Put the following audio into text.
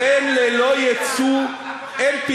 למה לא חייבתם אותם על "לווייתן"?